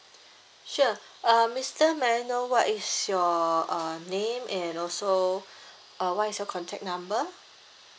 sure uh mister may I know what is your uh name and also uh what is your contact number